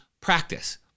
practice